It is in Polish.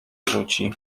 rzuci